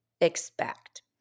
expect